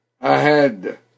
ahead